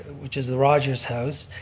which is the rogers house,